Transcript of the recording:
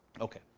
Okay